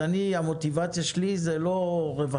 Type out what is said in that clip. אז המוטיבציה שלי היא לא רווחים,